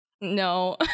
No